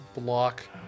block